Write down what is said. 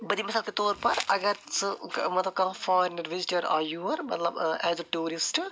بہٕ دِمہٕ مِثال کے طور پر اَگر ژٕ ٲں مطلب کانٛہہ فارینَر وِزِٹر آو یور مطلب ٲں ایز اَ ٹیٛورِسٹہٕ